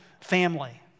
family